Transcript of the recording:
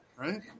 right